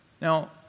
Now